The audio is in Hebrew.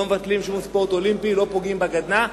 לא מבטלים שום ספורט אולימפי, לא פוגעים בגדנ"ע,